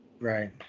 Right